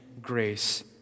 grace